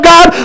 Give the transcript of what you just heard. God